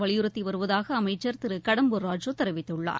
வலியுறுத்தி வருவதாக அமைச்சர் திரு கடம்பூர் ராஜூ தெரிவித்துள்ளார்